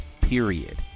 period